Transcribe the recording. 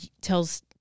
tells